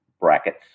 brackets